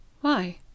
Why